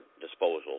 disposal